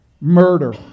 murder